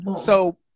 So-